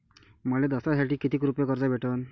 मले दसऱ्यासाठी कितीक रुपये कर्ज भेटन?